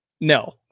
No